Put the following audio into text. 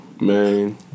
Man